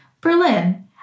Berlin